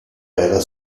era